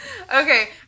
Okay